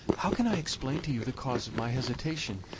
how can i explain to you the cause of my hesitation?